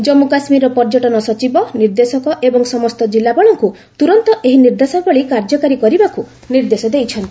ଜନ୍ମୁ କାଶ୍ମୀରର ପର୍ଯ୍ୟଟନ ସଚିବ ନିର୍ଦ୍ଦେଶକ ଏବଂ ସମସ୍ତ ଜିଲ୍ଲାପାଳଙ୍କୁ ତୁରନ୍ତ ଏହି ନିର୍ଦ୍ଦେଶାବଳୀ କାର୍ଯ୍ୟକାରୀ କରିବାକୁ ନିର୍ଦ୍ଦେଶ ଦେଇଛନ୍ତି